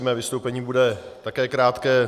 Mé vystoupení bude také krátké.